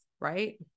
Right